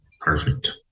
perfect